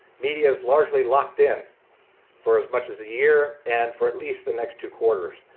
media is largely locked in for as much as a year and for at least the next two quarters.